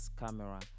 camera